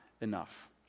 enough